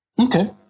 Okay